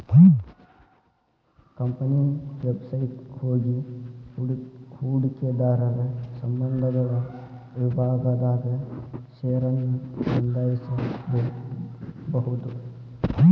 company website ಹೋಗಿ ಹೂಡಕಿದಾರರ ಸಂಬಂಧಗಳ ವಿಭಾಗದಾಗ ಷೇರನ್ನ ನೋಂದಾಯಿಸಬೋದು